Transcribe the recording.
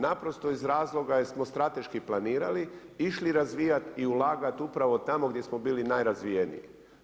Naprosto iz razloga jer smo strateški planirali, išli razvijati i ulagati upravo tamo gdje smo bili najrazvijeniji.